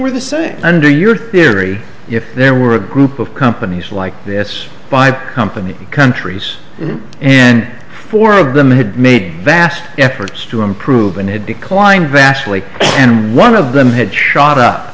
were the same under your theory if there were a group of companies like this by company countries and four of them had made vast efforts to improve and had declined vastly and one of them had shot